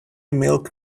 milk